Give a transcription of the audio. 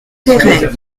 péray